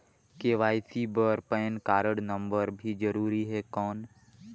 KYC बर PAN card number भी जरूरी हे कौन?